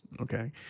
okay